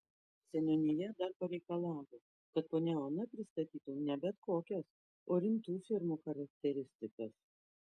seniūnija dar pareikalavo kad ponia ona pristatytų ne bet kokias o rimtų firmų charakteristikas